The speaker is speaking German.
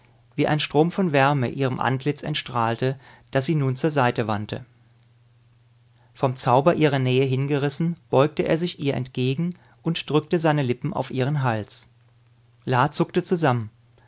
wie ein strom von wärme ihrem antlitz entstrahlte das sie nun zur seite wandte vom zauber ihrer nähe hingerissen beugte er sich ihr entgegen und drückte seine lippen auf ihren hals la zuckte zusammen